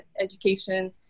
education